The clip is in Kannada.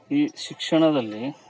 ಈ ಶಿಕ್ಷಣದಲ್ಲಿ